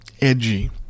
edgy